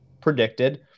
predicted